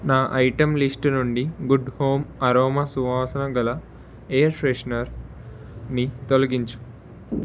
నా item list నుండి good home aroma సువాసన గల ఎయిర్ ఫ్రెషనర్ని తొలగించు